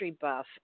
buff